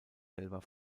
gelber